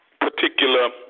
particular